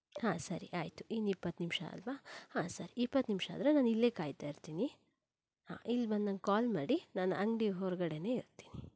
ಹಾ ಸರಿ ಆಯ್ತು ಇನ್ನು ಇಪ್ಪತ್ತು ನಿಮಿಷ ಅಲ್ವ ಹಾ ಸರಿ ಇಪ್ಪತ್ತು ನಿಮಿಷ ಆದರೆ ನಾನು ಇಲ್ಲೇ ಕಾಯ್ತಾಯಿರ್ತೀನಿ ಹಾ ಇಲ್ಲಿ ಬಂದು ನನಗೆ ಕಾಲ್ ಮಾಡಿ ನಾನು ಅಂಗಡಿ ಹೊರಗಡೆನೇ ಇರ್ತೀನಿ